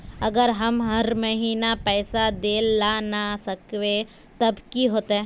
अगर हम हर महीना पैसा देल ला न सकवे तब की होते?